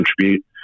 contribute